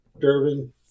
Durbin